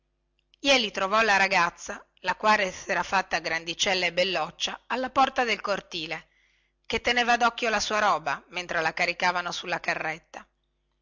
jeli trovò la ragazza la quale sera fatta grandicella e belloccia alla porta del cortile che teneva docchio la sua roba mentre la caricavano sulla carretta